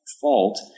fault